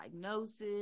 diagnosis